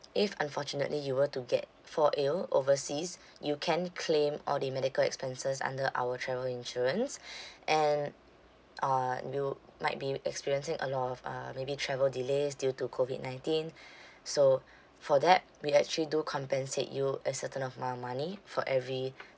if unfortunately you were to get fall ill overseas you can claim all the medical expenses under our travel insurance and uh you might be experiencing a lot of uh maybe travel delays due to COVID nineteen so for that we actually do compensate you a certain amount of mo~ money for every